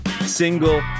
single